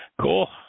Cool